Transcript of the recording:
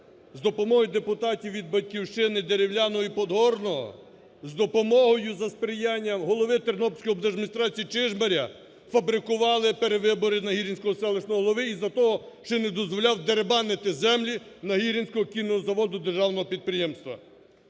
з допомогою депутатів від "Батьківщини" Деревляного і Подгорного, з допомогою, за сприяння голови Тернопільської облдержадміністрації Чижмаря фабрикували перевибори Нагірянського селищного голови із-за того, що не дозволяв дерибанити землі Нагірянського кінного заводу державного підприємства.